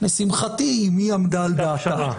לשמחתי, אימי עמדה על דעתה.